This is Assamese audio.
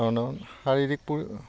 কাৰণ শাৰীৰিক